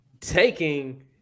taking